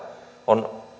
on